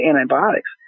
antibiotics